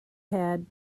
had